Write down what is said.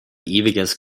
ewiges